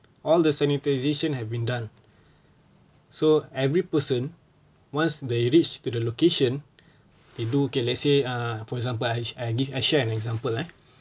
all the sanitisation had been done so every person once they reach to the location they do okay let's say uh for example I I share an example ah